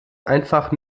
einfach